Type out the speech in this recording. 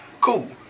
cool